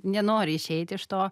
nenori išeit iš to